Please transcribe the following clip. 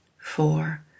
four